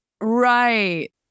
Right